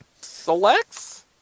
Selects